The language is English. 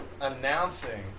announcing